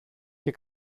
και